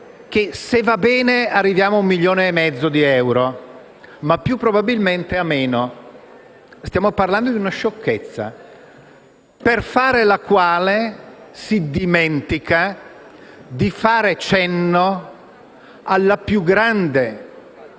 che, se va bene, arriviamo a 1,5 milioni di euro, ma più probabilmente a meno. Stiamo parlando di una sciocchezza, per fare la quale si dimentica di fare cenno alla più grande società